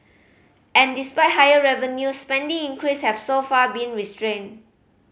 and despite higher revenues spending increase have so far been restrained